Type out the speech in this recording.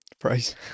price